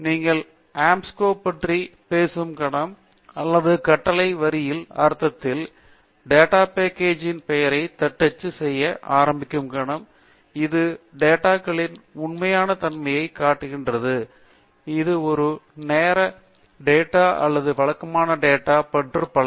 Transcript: நீங்கள் ஆஸ்கோம்பே பற்றி பேசும் கணம் அல்லது கட்டளை வரியில் அர்த்தத்தில் டேட்டா பேக்கேஜ் ன் பெயரைத் தட்டச்சு செய்ய ஆரம்பிக்கும் கணம் இது டேட்டா களின் உண்மையான தன்மையை காட்டுகிறது இது ஒரு நேர தொடர் டேட்டா அல்லது வழக்கமான டேட்டா மற்றும் பல